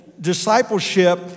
discipleship